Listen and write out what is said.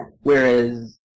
whereas